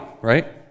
right